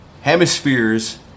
Hemispheres